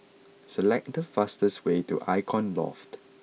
select the fastest way to Icon Loft